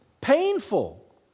painful